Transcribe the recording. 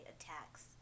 attacks